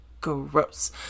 gross